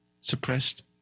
suppressed